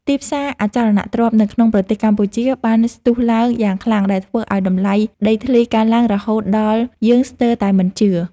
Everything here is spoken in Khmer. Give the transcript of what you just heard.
ទីផ្សារអចលនទ្រព្យនៅក្នុងប្រទេសកម្ពុជាបានស្ទុះឡើងយ៉ាងខ្លាំងដែលធ្វើឱ្យតម្លៃដីធ្លីកើនឡើងរហូតដល់យើងស្ទើរតែមិនជឿ។